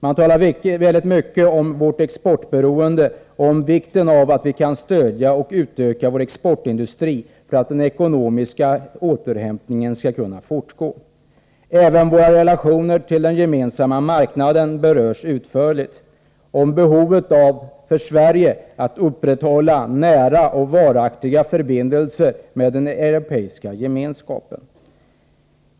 Man talar mycket om vårt exportberoende och om vikten av att vi kan stödja och utöka vår exportindustri för att den ekonomiska återhämtningen skall kunna fortgå. Även våra relationer till den gemensamma marknaden berörs utförligt. Man talar om behovet för Sverige av att upprätthålla nära och varaktiga förbindelser med den europeiska gemenskapen.